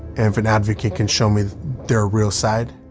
and if an advocate can show me their real side,